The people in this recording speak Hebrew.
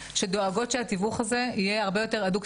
שדואגות שהתיווך הזה יהיה הרבה יותר הדוק,